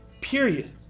Period